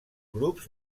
grups